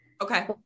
Okay